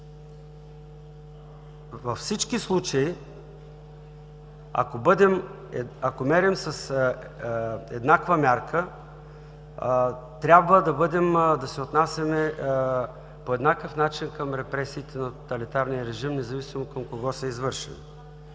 Във всички случаи, ако мерим с еднаква мярка, трябва да се отнасяме по еднакъв начин към репресиите на тоталитарния режим, независимо към кого са извършени.